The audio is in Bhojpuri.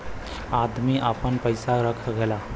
अदमी आपन पइसा रख सकेला